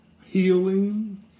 healing